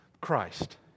Christ